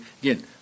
again